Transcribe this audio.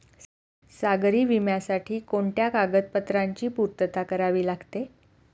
सागरी विम्यासाठी कोणत्या कागदपत्रांची पूर्तता करावी लागते?